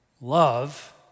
love